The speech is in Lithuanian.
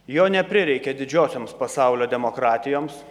jo neprireikia didžiosioms pasaulio demokratijoms